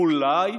אולי,